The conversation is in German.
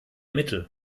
mittel